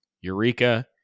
Eureka